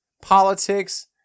politics